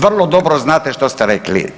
Vrlo dobro znate što ste rekli.